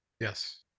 Yes